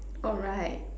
alright